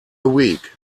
week